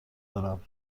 دارم